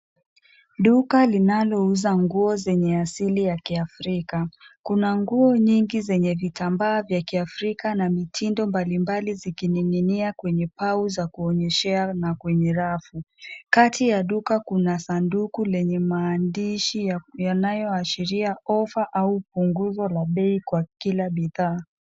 Duka linalouza nguo zenye asili ya kiafrika. Kuna nguo nyingi zenye vitambaa vya kiafrika na mitindo mbalimbali zikining'inia kwenye pau za kuonyeshea na kwenye rafu. Kati ya duka kuna sanduku lenye maandishi yanayoashiria offer au punguzo la bei kwa kila bidhaa.